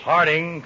Harding